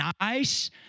nice